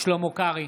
שלמה קרעי,